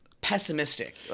pessimistic